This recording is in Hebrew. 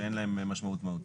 שאין להם משמעות מהותית.